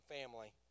family